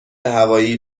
هوایی